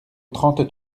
trente